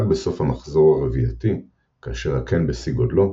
רק בסוף המחזור הרבייתי, כאשר הקן בשיא גודלו,